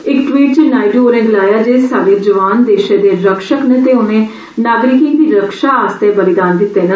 इक ट्वीट च नायडू होरें गलाया जे साहडे जवान देशै दे रक्षक न ते उने नागरिकें दी रक्षा आस्तै बलिदान दिते न